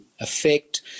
effect